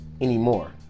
anymore